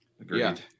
Agreed